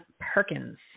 Perkins